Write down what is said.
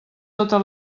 tota